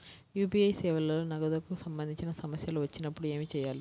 UPI సేవలలో నగదుకు సంబంధించిన సమస్యలు వచ్చినప్పుడు ఏమి చేయాలి?